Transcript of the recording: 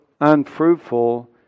unfruitful